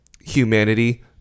humanity